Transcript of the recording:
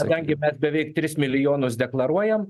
kadangi mes beveik tris milijonus deklaruojam